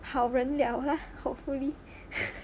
好人 liao lah hopefully